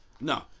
No